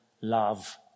love